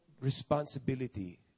responsibility